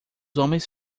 homens